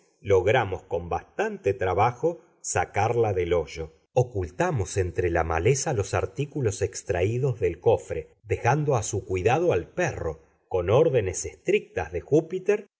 logramos con bastante trabajo sacarla del hoyo ocultamos entre la maleza los artículos extraídos del cofre dejando a su cuidado al perro con órdenes estrictas de júpiter